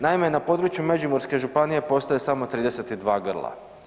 Naime, na području Međimurske županije postoje samo 32 grla.